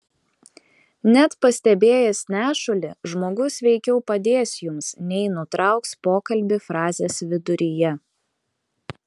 net pastebėjęs nešulį žmogus veikiau padės jums nei nutrauks pokalbį frazės viduryje